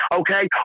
okay